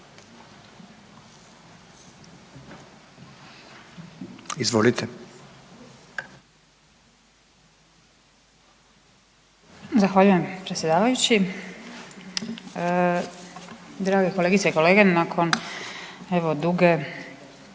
(Centar)** Zahvaljujem predsjedavajući. Drage kolegice i kolege. Nakon duge